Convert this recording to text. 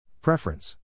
Preference